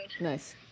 Nice